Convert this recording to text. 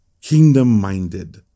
kingdom-minded